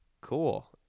cool